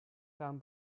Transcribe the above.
down